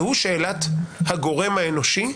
והוא שאלת הגורם האנושי,